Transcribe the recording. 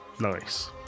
nice